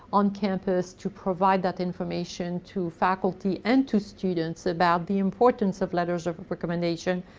on campus, to provide that information to faculty and to students about the importance of letters of recommendation,